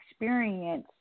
experience